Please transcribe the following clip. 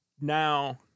Now